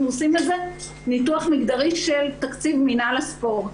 עושים ניתוח מגדרי של תקציב מינהל הספורט.